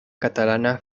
catalana